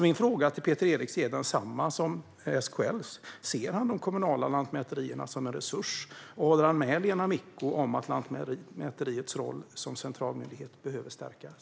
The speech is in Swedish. Min fråga till Peter Eriksson är densamma som SKL:s: Ser han de kommunala lantmäterierna som en resurs, och håller han med Lena Micko om att Lantmäteriets roll som central myndighet behöver stärkas?